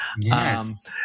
Yes